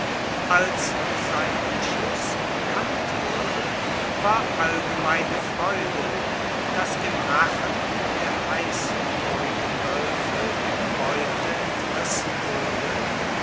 als sein entschluß bekannt wurde war allgemeine freude daß dem rachen der heißhungrigen wölfe die beute entrissen wurde